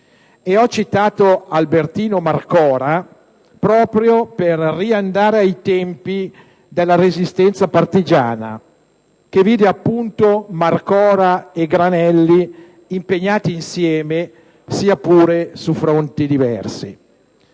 Ho citato Albertino Marcora proprio per riandare ai tempi della Resistenza partigiana, che vide appunto Marcora e Granelli impegnati insieme, sia pure su fronti diversi.